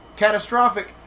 Catastrophic